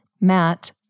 Matt